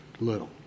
little